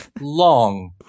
long